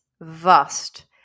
vast